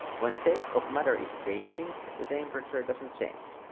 when state of matter is changing the temperature doesn't change.